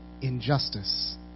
injustice